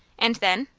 and then?